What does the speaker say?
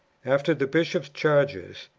after the bishops' charges?